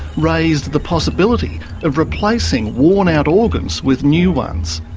raised the possibility of replacing worn-out organs with new ones.